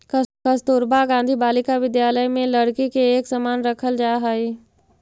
कस्तूरबा गांधी बालिका विद्यालय में लड़की के एक समान रखल जा हइ